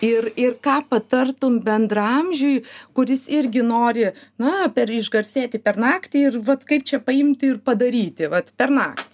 ir ir ką patartum bendraamžiui kuris irgi nori na per išgarsėti per naktį ir vat kaip čia paimti ir padaryti vat per naktį